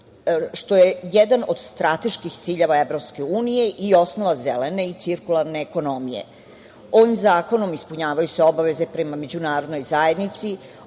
što je jedan od strateških ciljeva EU i osnova zelene i cirkularne ekonomije. Ovim zakonom ispunjavaju se obaveze prema međunarodnoj zajednici,